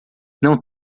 não